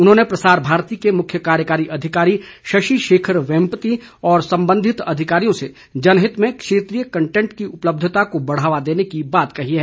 उन्होंने प्रसार भारती के मुख्य कार्यकारी अधिकारी शशि शेखर वेम्पति और संबंधित अधिकारियों से जनहित में क्षेत्रीय कंटेंट की उपलब्धता को बढ़ावा देने की बात कही है